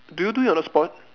do you do it on the spot